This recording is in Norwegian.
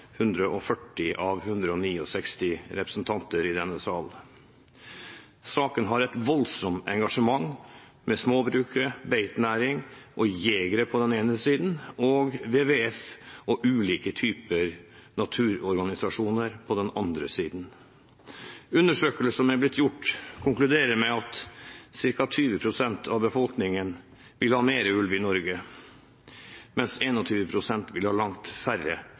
140 av 169 representanter i denne sal. Saken har et voldsomt engasjement, med småbrukere, beitenæring og jegere på den ene siden og WWF og ulike typer naturorganisasjoner på den andre siden. Undersøkelser som er blitt gjort, konkluderer med at ca. 20 pst. av befolkningen vil ha mer ulv i Norge, mens 21 pst. vil ha langt færre